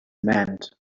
meant